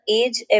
age